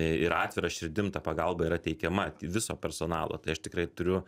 ir atvira širdim ta pagalba yra teikiama viso personalo tai aš tikrai turiu